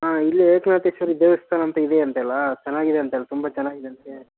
ಹಾಂ ಇಲ್ಲಿ ಏಕ್ನಾಥೇಶ್ವರಿ ದೇವಸ್ಥಾನ ಅಂತ ಇದೆ ಅಂತೆಲ್ಲಾ ಚೆನ್ನಾಗಿದೆ ಅಂತೇಳಿ ತುಂಬ ಚೆನ್ನಾಗಿದೆ ಅಂತೆ